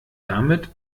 damit